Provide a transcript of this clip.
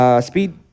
speed